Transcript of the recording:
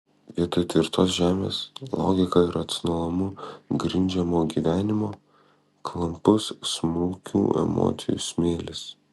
vietoj tvirtos žemės logika ir racionalumu grindžiamo gyvenimo klampus smulkių emocijų smėlis